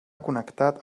connectat